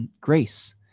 Grace